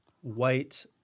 white